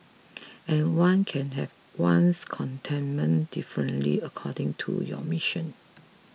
and one can have one's contentment differently according to your mission